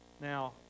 now